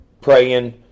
praying